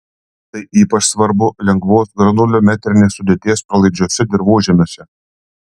tai ypač svarbu lengvos granuliometrinės sudėties pralaidžiuose dirvožemiuose